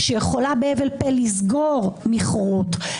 שיכולה בהבל פה לסגור מכרות,